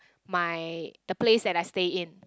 my the place that I stay in